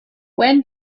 when